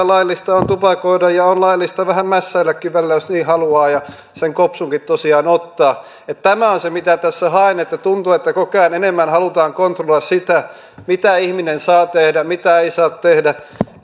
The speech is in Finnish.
laillista on tupakoida ja on laillista vähän mässäilläkin välillä jos niin haluaa ja se kopsukin tosiaan ottaa tämä on se mitä tässä haen että tuntuu että koko ajan enemmän halutaan kontrolloida sitä mitä ihminen saa tehdä mitä ei saa tehdä